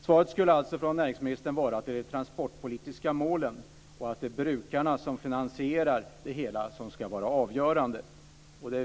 svarar med att hänvisa till de transportpolitiska målen och säger att det är brukarna som finansierar nya flygplatser.